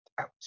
out